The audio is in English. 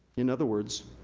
in other words,